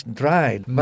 dried